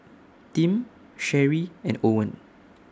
Tim Sherree and Owen